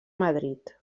madrid